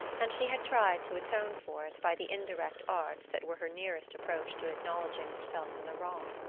and she had tried to atone for it by the indirect arts that were her nearest approach to acknowledging herself in the wrong.